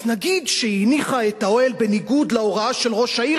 אז נגיד שהיא הניחה את האוהל בניגוד להוראה של ראש העיר,